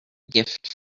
gift